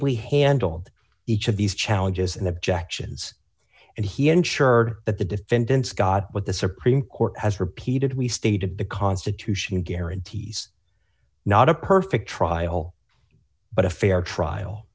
ably handled each of these challenges and objections and he ensured that the defendants god what the supreme court has repeatedly stated the constitution guarantees not a perfect trial but a fair trial